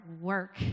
work